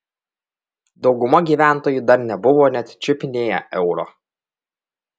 dauguma gyventojų dar nebuvo net čiupinėję euro